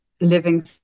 living